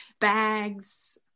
Bags